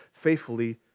faithfully